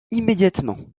immédiatement